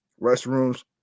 restrooms